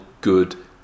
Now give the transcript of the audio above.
good